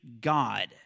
God